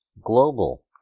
global